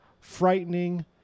frightening